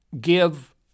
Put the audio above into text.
give